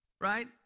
right